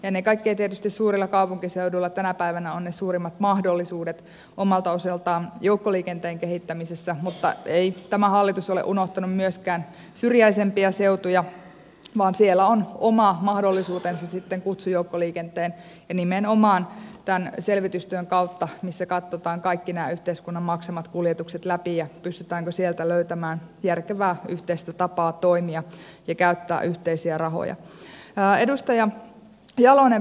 ennen kaikkea tietysti suurilla kaupunkiseuduilla tänä päivänä on ne suurimmat mahdollisuudet omalta osaltaan joukkoliikenteen kehittämisessä mutta ei tämä hallitus ole unohtanut myöskään syrjäisempiä seutuja vaan siellä on oma mahdollisuutensa sitten kutsujoukkoliikenteen ja nimenomaan tämän selvitystyön kautta missä katsotaan kaikki nämä yhteiskunnan maksamat kuljetukset läpi ja se pystytäänkö sieltä löytämään järkevää yhteistä tapaa toimia ja käyttää yhteisiä rahoja